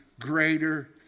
greater